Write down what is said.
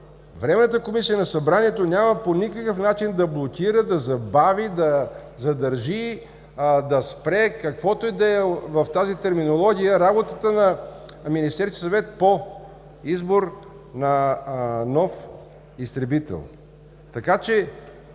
Временната комисия на Събранието няма по никакъв начин да блокира, да забави, да задържи, да спре, каквото и да е в тази терминология, работата на Министерския съвет по избор на нов изтребител. Така че